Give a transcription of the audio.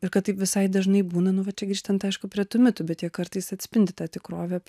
ir kad visai dažnai būna nu va čia grįžtant aišku prie tų mitų bet jie kartais atspindi tą tikrovę